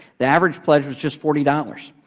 the average pledge was just forty dollars,